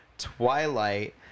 Twilight